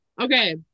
Okay